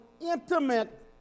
intimate